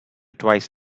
twice